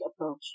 approach